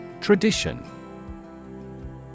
Tradition